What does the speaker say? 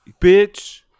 Bitch